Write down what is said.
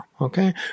Okay